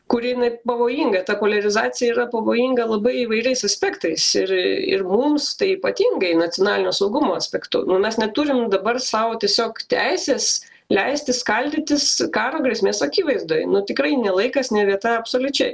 kuri net pavojinga ta poliarizacija yra pavojinga labai įvairiais aspektais ir ir mums tai ypatingai nacionalinio saugumo aspektu mes neturim dabar sau tiesiog teisės leisti skaldytis karo grėsmės akivaizdoj nu tikrai ne laikas ne vieta absoliučiai